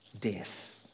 death